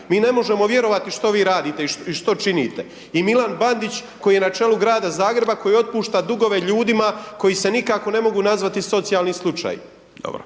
Mi ne možemo vjerovati što vi radite i što činite. I Milan Bandić koji je na čelu grada Zagreba, koji otpušta dugove ljudima koji se nikako ne mogu nazvati socijalni slučaj.